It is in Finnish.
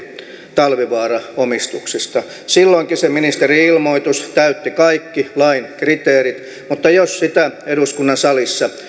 talvivaara omistuksistaan silloinkin se ministerin ilmoitus täytti kaikki lain kriteerit mutta jos sitä eduskunnan salissa